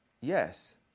Yes